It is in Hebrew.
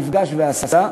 נפגש ועשה.